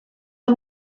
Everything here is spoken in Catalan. amb